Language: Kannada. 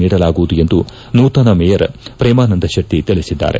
ನೀಡಲಾಗುವುದು ಎಂದು ನೂತನ ಮೇಯರ್ ಪ್ರೇಮಾನಂದ ಶೆಟ್ಟಿ ತಿಳಿಸಿದ್ದಾರೆ